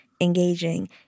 engaging